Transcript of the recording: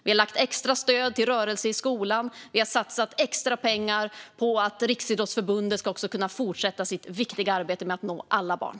Vi har lagt extra stöd på rörelse i skolan. Vi har också satsat extra pengar på att Riksidrottsförbundet ska kunna fortsätta sitt viktiga arbete med att nå alla barn.